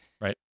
Right